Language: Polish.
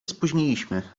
spóźniliśmy